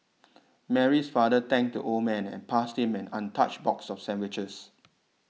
Mary's father thanked the old man and passed him an untouched box of sandwiches